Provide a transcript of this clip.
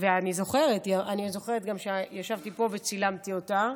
אני זוכרת גם שישבתי פה וצילמתי אותה,